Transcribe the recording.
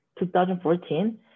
2014